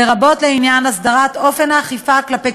לרבות לעניין הסדרת אופן האכיפה כלפי